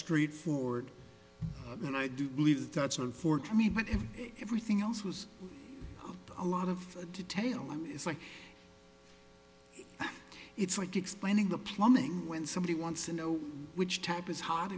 straightforward and i do believe that that's not for to me but if everything else was a lot of detail and it's like it's like explaining the plumbing when somebody wants to know which type is h